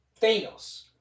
thanos